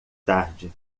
tarde